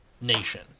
nation